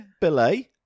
Belay